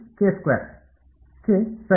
K ಸರಿ